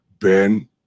Ben